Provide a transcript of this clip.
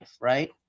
right